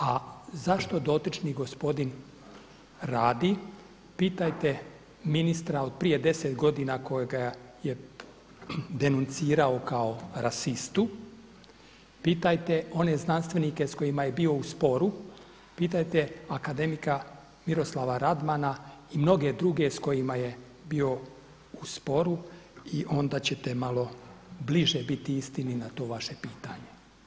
A zašto dotični gospodin radi, pitajte ministra od prije deset godina kojega je denuncirao kao rasistu, pitajte one znanstvenike s kojima je bio u sporu, pitajte akademika Miroslava Radmana i mnoge druge s kojima je bio u sporu i onda ćete malo bliže biti istini na to vaše pitanje.